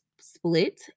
split